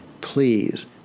please